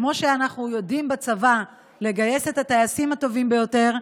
כמו שאנחנו יודעים בצבא לגייס את הטייסים הטובים ביותר,